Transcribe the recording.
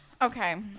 Okay